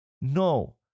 No